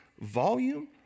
volume